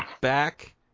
Back